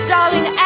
Darling